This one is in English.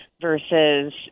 versus